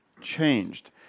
changed